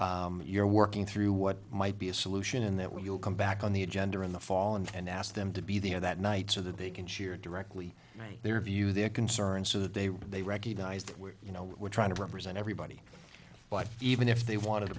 that you're working through what might be a solution and that will come back on the agenda in the fall and ask them to be there that night so that they can share directly their view their concerns so that they when they recognize that we're you know we're trying to represent everybody but even if they want to